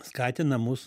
skatina mus